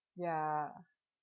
ya